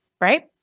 right